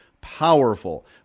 powerful